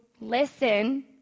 listen